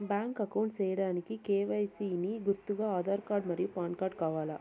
Bank account సేయడానికి KYC కి గుర్తుగా ఆధార్ కార్డ్ మరియు పాన్ కార్డ్ కావాలా?